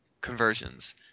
Conversions